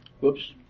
Whoops